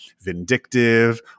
vindictive